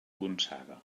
gonçaga